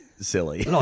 silly